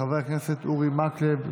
של חבר הכנסת אורי מקלב.